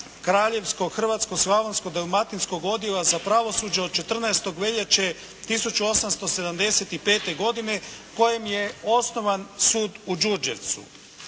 Kraljevsko hrvatsko slavonsko dalmatinskog odjela za pravosuđe od 14. veljače 1875. godine kojom je osnovan Sud u Đurđevcu.